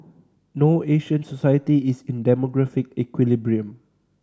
no Asian society is in demographic equilibrium